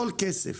כל כסף